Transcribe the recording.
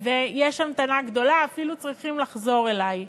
ויש המתנה ארוכה, אפילו צריכים לחזור אלי.